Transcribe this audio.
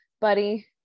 buddy